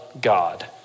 God